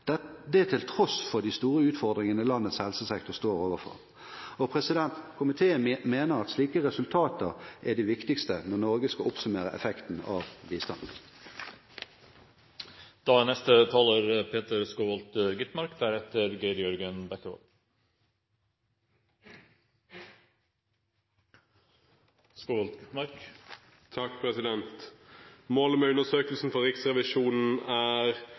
Det til tross for de store utfordringene landets helsesektor står overfor. Komiteen mener at slike resultater er det viktigste når Norge skal oppsummere effekten av bistand. Målet med undersøkelsen fra Riksrevisjonen er